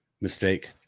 mistake